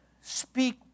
speak